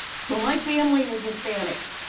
so my family is hispanic,